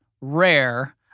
rare